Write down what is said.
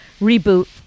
reboot